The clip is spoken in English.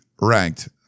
ranked